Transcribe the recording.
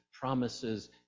promises